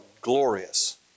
glorious